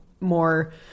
more